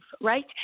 right